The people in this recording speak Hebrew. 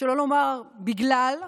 שלא לומר בגלל,